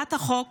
הצעת החוק